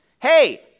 hey